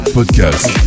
Podcast